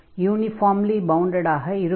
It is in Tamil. யூனிஃபார்ம்லி பவுண்டட் ஆக இருக்கும்